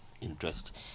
Interest